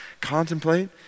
contemplate